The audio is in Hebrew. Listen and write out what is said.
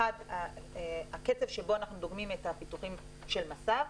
1. הקצב שבו אנחנו דוגמים את הפיתוחים של מס"ב,